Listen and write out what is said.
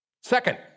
Second